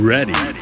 Ready